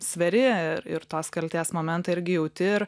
sveri ir ir tos kaltės momentą irgi jauti ir